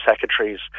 secretaries